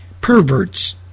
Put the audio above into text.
perverts